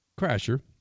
crasher